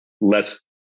less